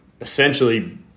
essentially